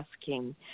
asking